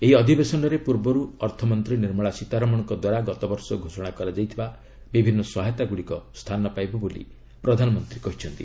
ଏହି ଅଧିବେସନରେ ପୂର୍ବରୁ ଅର୍ଥମନ୍ତ୍ରୀ ନିର୍ମଳା ସୀତାରମଣଙ୍କ ଦ୍ୱାରା ଗତବର୍ଷ ଘୋଷଣା କରାଯାଇଥିବା ବିଭିନ୍ନ ସହାୟତା ଗୁଡ଼ିକ ସ୍ଥାନ ପାଇବ ବୋଲି ପ୍ରଧାନମନ୍ତ୍ରୀ କହିଛନ୍ତି